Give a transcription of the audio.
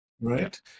right